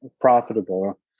profitable